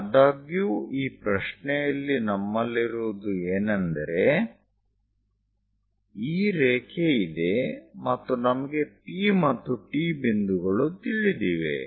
ಆದಾಗ್ಯೂ ಈ ಪ್ರಶ್ನೆಯಲ್ಲಿ ನಮ್ಮಲ್ಲಿರುವುದು ಏನೆಂದರೆ ಈ ರೇಖೆ ಇದೆ ಮತ್ತು ನಮಗೆ P ಮತ್ತು T ಬಿಂದುಗಳು ತಿಳಿದಿವೆ